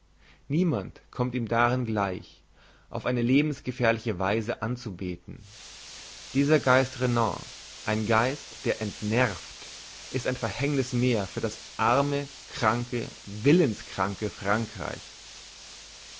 niemand kommt ihm darin gleich auf eine lebensgefährliche weise anzubeten dieser geist renan's ein geist der entnervt ist ein verhängniss mehr für das arme kranke willenskranke frankreich